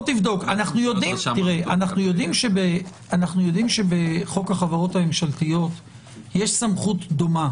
אנחנו יודעים שבחוק החברות הממשלתיות יש סמכות דומה.